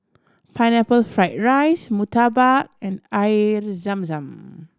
Pineapple Fried rice murtabak and Air Zam Zam